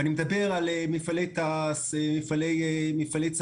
אני מדבר על מפעלי תע"ש, מפעלי צבא,